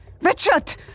Richard